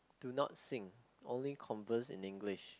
do not sing only converse in English